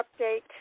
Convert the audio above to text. update